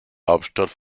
hauptstadt